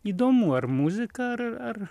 įdomu ar muzika ar ar